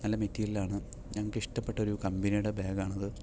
നല്ല മെറ്റീരിയലാണ് ഞങ്ങൾക്കിഷ്ടപ്പെട്ടൊരു കമ്പനിയുടെ ബാഗാണത്